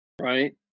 Right